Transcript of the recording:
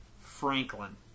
Franklin